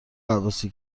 غواصی